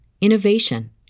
innovation